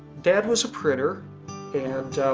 dad was a printer and